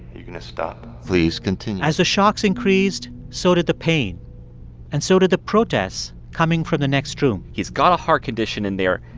you going to stop? please, continue as the shocks increased, so did the pain and so did the protests coming from the next room he's got a heart condition in there.